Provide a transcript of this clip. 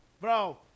bro